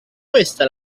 questa